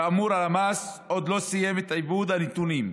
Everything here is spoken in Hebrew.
כאמור, הלמ"ס עוד לא סיים את עיבוד הנתונים,